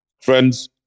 Friends